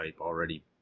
already